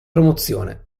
promozione